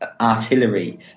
artillery